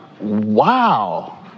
wow